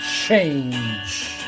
change